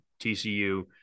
TCU